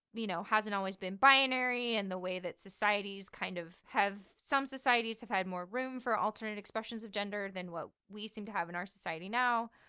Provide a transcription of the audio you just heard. you know, hasn't always been binary and the way that society's kind of have, some societies have had more room for alternative expressions of gender than what we seem to have in our society now.